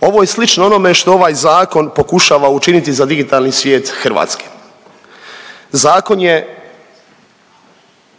Ovo je slično ovome što ovaj zakon pokušava učiniti za digitalni svijet Hrvatske. Zakon je